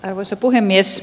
arvoisa puhemies